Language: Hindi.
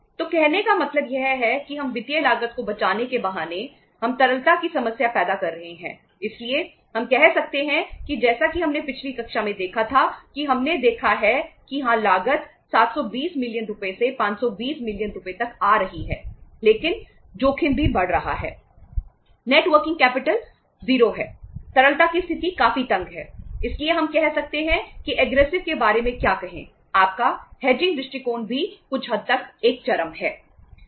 तो कहने का मतलब यह है कि हम वित्तीय लागत को बचाने के बहाने हम तरलता की समस्या पैदा कर रहे हैं इसलिए हम कह सकते हैं कि जैसा कि हमने पिछली कक्षा में देखा था कि हमने देखा है कि हाँ लागत 720 मिलियन दृष्टिकोण भी कुछ हद तक एक चरम है